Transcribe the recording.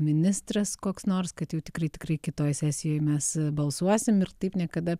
ministras koks nors kad jau tikrai tikrai kitoj sesijoj mes balsuosim ir taip niekada